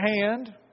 hand